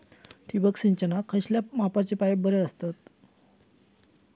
ठिबक सिंचनाक खयल्या मापाचे पाईप बरे असतत?